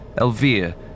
Elvira